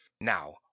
now